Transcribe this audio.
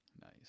Nice